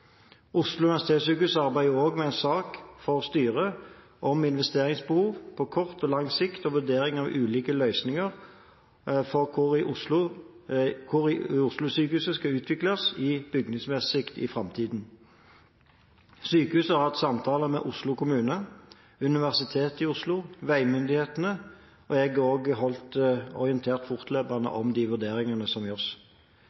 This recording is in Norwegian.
Oslo universitetssykehus arbeider jo også med en sak, for styret, om investeringsbehov på kort og lang sikt og vurdering av ulike løsninger for hvordan Oslo-sykehuset skal utvikles bygningsmessig i framtiden. Sykehuset har hatt samtaler med Oslo kommune, Universitetet i Oslo, veimyndighetene, og jeg blir også holdt fortløpende orientert